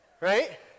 Right